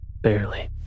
Barely